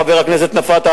חבר הכנסת נפאע,